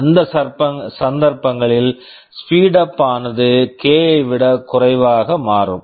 அந்த சந்தர்ப்பங்களில் speedup speedup ஆனது கே k ஐ விட குறைவாக மாறும்